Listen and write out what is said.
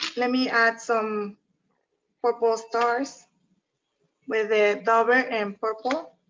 let me add some purple stars with the dauber and purple.